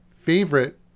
favorite